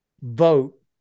vote